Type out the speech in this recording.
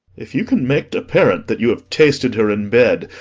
if you can make't apparent that you have tasted her in bed,